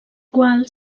qual